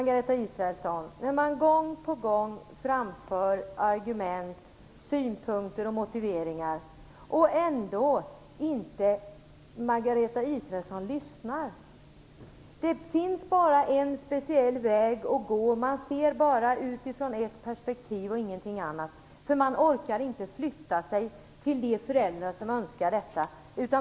Fru talman! Vi har gång på gång framfört argument, synpunkter och motiveringar, men Margareta Israelsson lyssnar ändå inte. För henne finns det bara en speciell väg att gå. Man ser bara från ett perspektiv och ingenting annat, för man orkar inte flytta sig till de föräldrar som önskar detta.